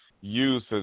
use